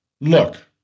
look